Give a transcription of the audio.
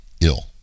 ill